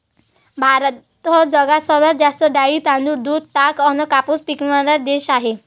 भारत जगात सर्वात जास्त डाळी, तांदूळ, दूध, ताग अन कापूस पिकवनारा देश हाय